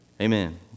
amen